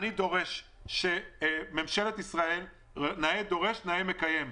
אני דורש ממשלת ישראל נאה דורש, נאה מקיים.